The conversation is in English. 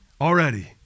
Already